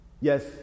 Yes